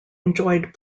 enjoyed